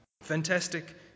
Fantastic